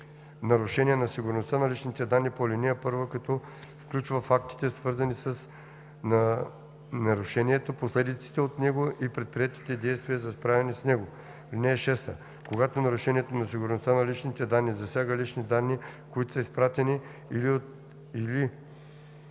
нарушение на сигурността на личните данни по ал. 1, като включва фактите, свързани с нарушението, последиците от него и предприетите действия за справяне с него. (6) Когато нарушението на сигурността на личните данни засяга лични данни, които са изпратени от